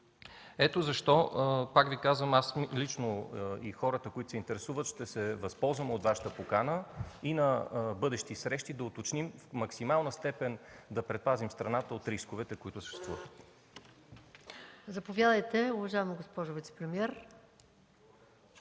Ето защо, пак Ви казвам, аз лично и хората, които се интересуват ще се възползваме от Вашата покана и на бъдещи срещи да уточним и в максимална степен да предпазим страната от рисковете, които съществуват. ПРЕДСЕДАТЕЛ МАЯ МАНОЛОВА: Заповядайте, уважаема госпожо вицепремиер